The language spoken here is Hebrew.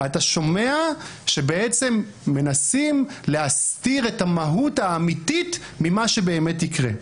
אתה שומע שמנסים להסתיר את המהות האמיתית ממה שבאמת יקרה.